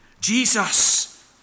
Jesus